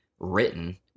written